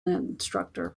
instructor